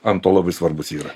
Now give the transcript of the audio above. ant to labai svarbus yra